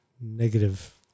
negative